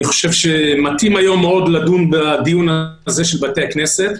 אני חושב שמתאים היום מאוד לדון בדיון הזה של בתי הכנסת,